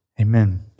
Amen